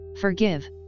Forgive